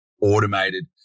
automated